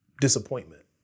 disappointment